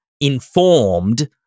informed